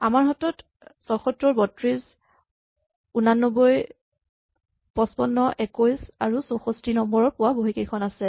আমাৰ হাতত ৭৪ ৩২ ৮৯ ৫৫ ২১ আৰু ৬৪ নম্বৰ পোৱা বহীকেইখন আছে